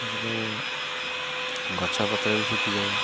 ତା'ପରେ ଗଛ ପତ୍ର ବି ଶୁଖିଯାଏ